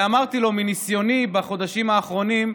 אמרתי לו, מניסיוני בחודשים האחרונים,